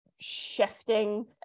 shifting